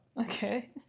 Okay